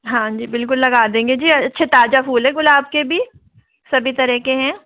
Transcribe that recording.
हाँ जी बिलकुल लगा देंगे जी अच्छे ताज़ा फूल है गुलाब के भी सभी तरह के है